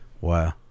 Wow